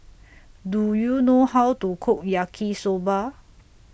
Do YOU know How to Cook Yaki Soba